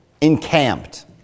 encamped